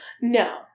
No